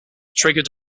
triggered